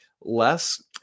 less